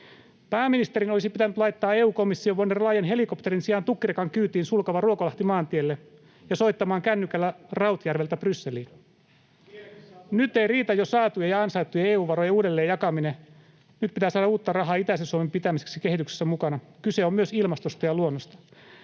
Pääministerin olisi pitänyt laittaa EU-komission von der Leyen helikopterin sijaan tukkirekan kyytiin Sulkava—Ruokolahti-maantielle ja soittamaan kännykällä Rautjärveltä Brysseliin. Nyt ei riitä jo saatujen ja ansaittujen EU-varojen uudelleen jakaminen. Nyt pitää saada uutta rahaa itäisen Suomen pitämiseksi kehityksessä mukana. Kyse on myös ilmastosta ja luonnosta.